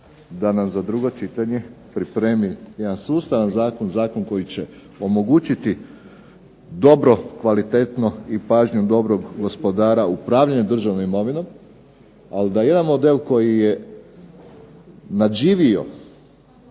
da nam za drugo čitanje pripremi jedan sustavan zakon, zakon koji će omogućiti dobro, kvalitetno i pažnjom dobrog gospodara upravljanje državnom imovinom, ali da jedan model koji je nadživio